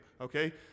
Okay